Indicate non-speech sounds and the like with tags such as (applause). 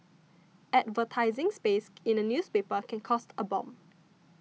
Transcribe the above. advertising space (noise) in a newspaper can cost a bomb